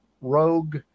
Rogue